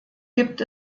gibt